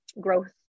Growth